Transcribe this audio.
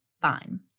fine